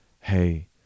hey